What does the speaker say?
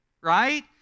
right